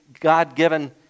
God-given